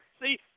See